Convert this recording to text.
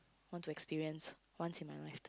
want to experience once in my life